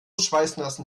schweißnassen